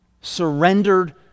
surrendered